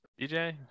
dj